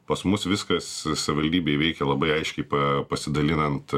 pas mus viskas savivaldybėj veikia labai aiškiai pa pasidalinant